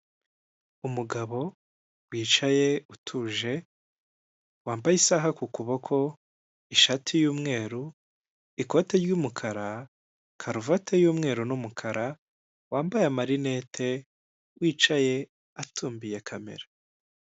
Umugabo wicaye utuje wambaye isaha ku kuboko, ishati y'umweru ikote ry'umukara karuvati y'umweru n'umukara wambaye amarinete wicaye atumbiye kamera.